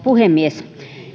puhemies